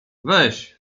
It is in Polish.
weź